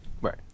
Right